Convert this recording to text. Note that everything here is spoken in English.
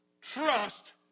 trust